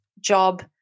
job